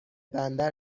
بندر